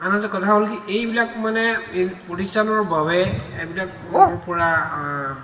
আনহাতে কথা হ'ল কি এইবিলাক মানে প্ৰতিষ্ঠানৰ বাবে এইবিলাকৰ পৰা